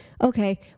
okay